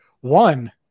one